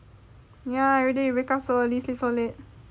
ya everyday you wake up so early sleep so late